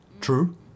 true